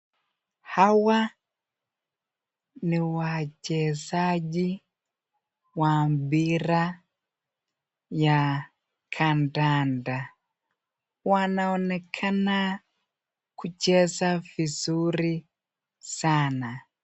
Hawa ni wachezaji wa mpira wa kandanda. Wanaonekana kucheza vizuri sana.